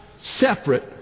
separate